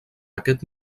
aquest